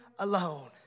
Alone